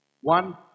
One